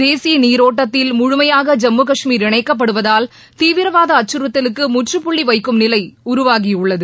தேசிய நீரோட்டத்தில் முழுமையாக ஜம்மு காஷ்மீர் இணைக்கப்படுவதால் தீவிரவாத அச்சுறுத்தலுக்கு முற்றுப்புள்ளி வைக்கும் சூழ்நிலை உருவாகியுள்ளது